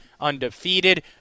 undefeated